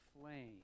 flame